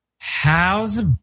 How's